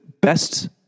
best